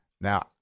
Now